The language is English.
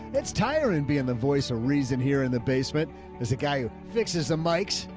it's tired and being the voice of reason here in the basement is a guy who fixes the mix.